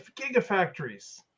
Gigafactories